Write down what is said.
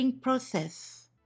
process